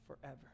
forever